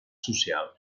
social